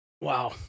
Wow